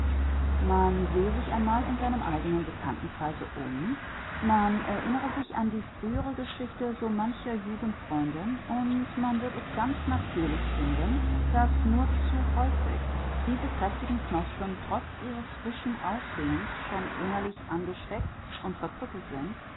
man sehe sich einmal in seinem eigenen bekanntenkreise um man erinnere sich an die frühere geschichte so mancher jugendfreundin und man wird es ganz natürlich finden daß nur zu häufig diese kräftigen knospen trotz ihres frischen aussehens schon innerlich angesteckt und verkrüppelt sind